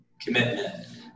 commitment